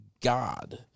God